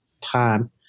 time